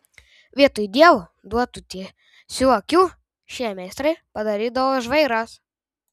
vietoj dievo duotų tiesių akių šie meistrai padarydavo žvairas